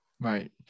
right